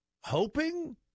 Hoping